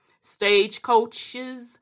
stagecoaches